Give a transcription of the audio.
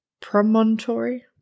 Promontory